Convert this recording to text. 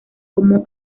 como